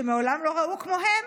שמעולם לא ראו כמוהם.